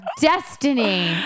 destiny